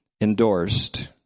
endorsed